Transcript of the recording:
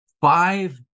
five